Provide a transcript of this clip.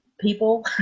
people